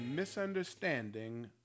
Misunderstanding